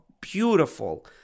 beautiful